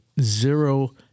zero